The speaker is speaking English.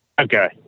Okay